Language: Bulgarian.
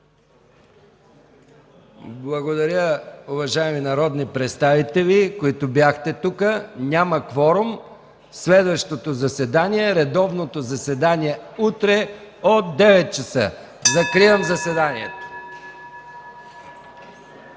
Благодаря, уважаеми народни представители, които бяхте тук. Няма кворум. Следващото редовно заседание е утре, сряда, от 9,00 ч. Закривам заседанието.